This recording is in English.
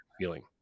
feeling